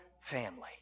family